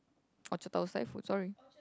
Orchard-Tower Thai's food sorry